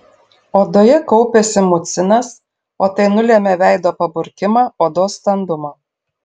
odoje kaupiasi mucinas o tai nulemia veido paburkimą odos standumą